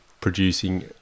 producing